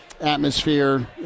Atmosphere